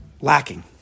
lacking